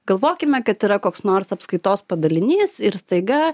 galvokime kad yra koks nors apskaitos padalinys ir staiga